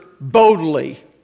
boldly